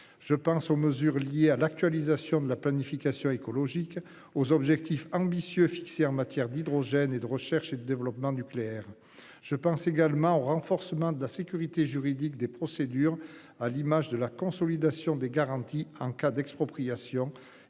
Je pense aux mesures liées à l'actualisation de la planification écologique aux objectifs ambitieux fixés en matière d'hydrogène et de recherche et de développement nucléaire. Je pense également au renforcement de la sécurité juridique des procédures à l'image de la consolidation des garanties en cas d'expropriation